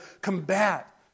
combat